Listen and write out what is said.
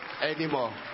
anymore